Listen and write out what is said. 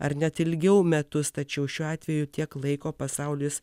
ar net ilgiau metus tačiau šiuo atveju tiek laiko pasaulis